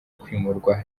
kwimurwa